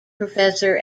professor